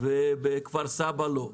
ובכפר סבא לא,